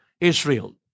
Israel